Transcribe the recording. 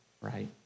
right